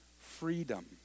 freedom